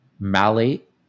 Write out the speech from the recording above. Malate